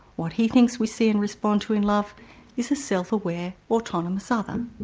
what he thinks we see and respond to in love is a self-aware, autonomous other,